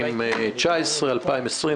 2020,